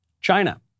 China